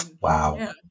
Wow